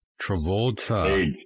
Travolta